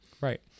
right